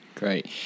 Great